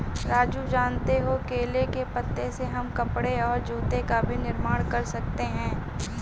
राजू जानते हो केले के पत्ते से हम कपड़े और जूते का भी निर्माण कर सकते हैं